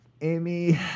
Amy